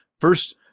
First